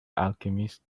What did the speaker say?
alchemist